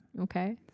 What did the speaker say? okay